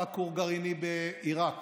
כור גרעיני בעיראק,